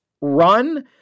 run